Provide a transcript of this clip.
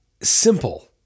simple